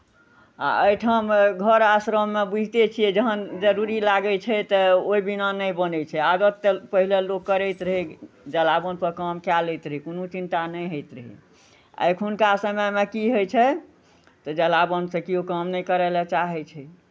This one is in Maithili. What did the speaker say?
आ एहिठाम घर आश्रममे बुझिते छियै जहन जरूरी लागै छै तऽ ओहि बिना नहि बनै छै आदत तऽ पहिले लोक करैत रहै जलावनपर काम कए लैत रहै कोनो चिन्ता नहि होइत रहै एखुनका समयमे की होइ छै तऽ जलावनसँ केओ काम नहि करय लए चाहै छै